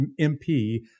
MP